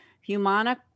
Humana